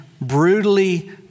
brutally